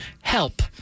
help